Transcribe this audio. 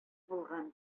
булган